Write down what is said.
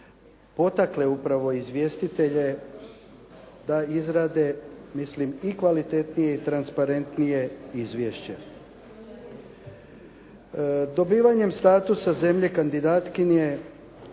potakle upravo izvjestitelje da izrade mislim i kvalitetnije i transparentnije izvješće. Dobivanjem statusa zemlje kandidatkinje